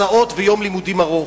הסעות ויום לימודים ארוך.